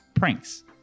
Pranks